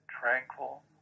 tranquil